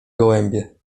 gołębie